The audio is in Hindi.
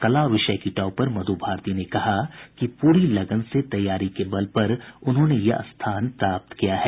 कला विषय की टॉपर मधु भारती ने कहा कि पूरी लगन से तैयारी के बल पर उन्होंने यह स्थान प्राप्त किया है